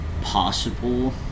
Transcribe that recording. possible